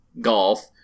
Golf